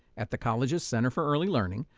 at the college of center for early learning,